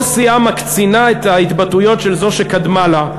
וכל סיעה מקצינה את ההתבטאויות של זו שקדמה לה.